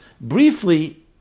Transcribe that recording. Briefly